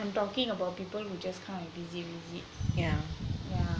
I'm talking about people who just kind of visit visit yeah